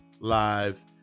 Live